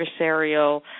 adversarial